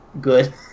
good